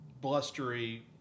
blustery